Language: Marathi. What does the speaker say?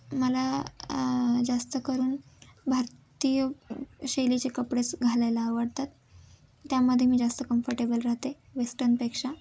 मला जास्त करून भारतीय शैलीचे कपडेच घालायला आवडतात त्यामध्ये मी जास्त कम्फर्टेबल राहते वेस्टनपेक्षा